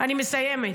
אני מסיימת.